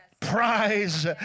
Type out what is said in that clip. Prize